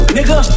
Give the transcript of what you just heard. Nigga